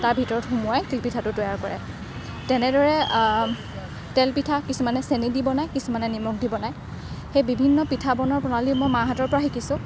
তাৰ ভিতৰত সোমোৱাই তিলপিঠাটো তৈয়াৰ কৰে তেনেদৰে তেলপিঠা কিছুমানে চেনি দি বনায় কিছুমানে নিমখ দি বনায় সেই বিভিন্ন পিঠা বনোৱা প্ৰণালী মই মাহঁতৰ পৰা শিকিছোঁ